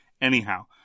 Anyhow